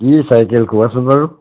কি চাইকেল কোৱাচোন বাৰু